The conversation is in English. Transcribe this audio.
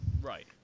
Right